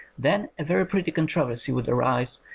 then a very pretty controversy would arise,